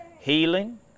healing